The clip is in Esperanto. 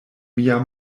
mia